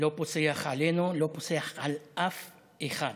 לא פוסח עלינו, לא פוסח על אף אחד.